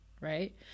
right